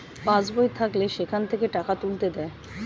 pass বই থাকলে সেখান থেকে টাকা তুলতে দেয়